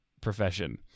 profession